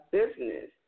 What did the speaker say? business